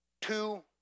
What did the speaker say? Two